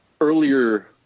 earlier